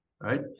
right